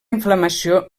inflamació